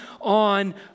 on